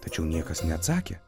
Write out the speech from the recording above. tačiau niekas neatsakė